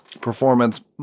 performance